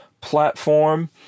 platform